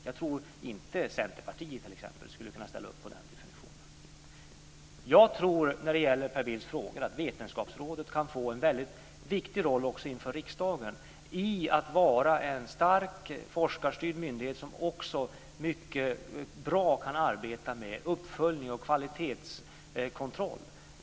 Jag tror inte att Centerpartiet t.ex. skulle kunna ställa upp på den definitionen. När det gäller Per Bills frågor så tror jag att Vetenskapsrådet kan få en viktig roll också inför riksdagen i att vara en stark, forskarstyrd myndighet som också på ett mycket bra sätt kan arbeta med uppföljning och kvalitetskontroll.